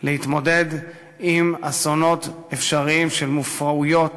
להתמודד עם אסונות אפשריים של מופרעויות